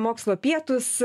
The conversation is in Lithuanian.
mokslo pietūs